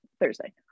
Thursday